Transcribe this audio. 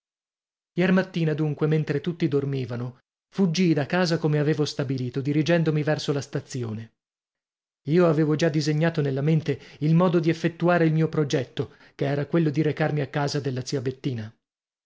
salgari iermattina dunque mentre tutti dormivano fuggii da casa come avevo stabilito dirigendomi verso la stazione io avevo già disegnato nella mente il modo di effettuare il mio progetto che era quello di recarmi a casa della zia bettina